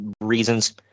Reasons